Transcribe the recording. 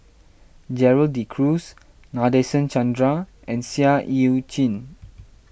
Gerald De Cruz Nadasen Chandra and Seah Eu Chin